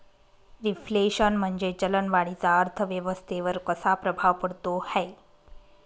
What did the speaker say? Reflation म्हणजे चलन वाढीचा अर्थव्यवस्थेवर कसा प्रभाव पडतो है?